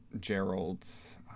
Gerald's